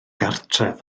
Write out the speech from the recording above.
gartref